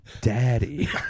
Daddy